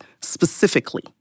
specifically